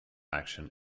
action